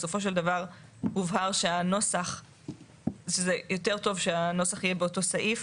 בסופו של דבר הובהר שזה יותר טוב שהנוסח יהיה באותו סעיף.